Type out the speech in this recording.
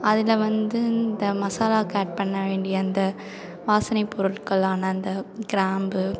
அதில் வந்து இந்த மசாலாக்கு ஆட் பண்ண வேண்டிய அந்த வாசனை பொருட்கள்லான அந்த கிராம்பு